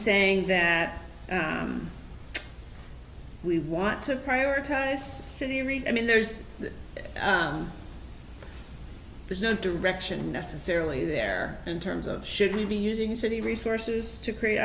saying that we want to prioritize city reason i mean there's there's no direction necessarily there in terms of should we be using city resources to create